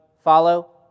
Follow